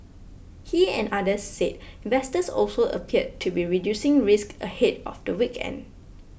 he and others said investors also appeared to be reducing risk ahead of the weekend